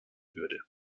würde